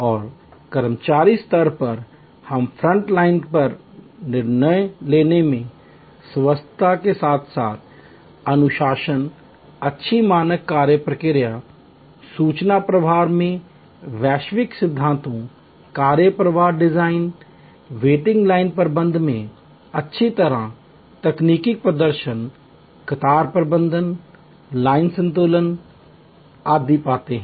और कर्मचारी स्तर पर हम फ्रंट लाइन पर निर्णय लेने में स्वायत्तता के साथ साथ अनुशासन अच्छी मानक कार्य प्रक्रिया सूचना प्रवाह में वैज्ञानिक सिद्धांत कार्य प्रवाह डिजाइन वेटिंग लाइन प्रबंधन में अच्छी उच्च तकनीकी प्रदर्शन कतार प्रबंधन लाइन संतुलन आदि पाते हैं